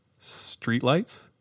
streetlights